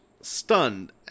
stunned